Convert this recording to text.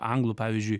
anglų pavyzdžiui